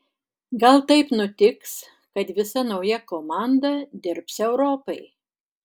gal taip nutiks kad visa nauja komanda dirbs europai